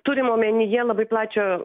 turim omenyje labai plačią